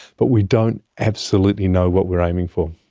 but we don't absolutely know what we are aiming for.